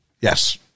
Yes